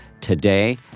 today